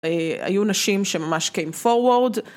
היו נשים שממש came forward